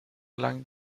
lang